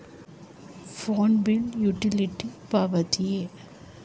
Phone bill utility ಪಾವತಿಯೇ?